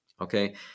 Okay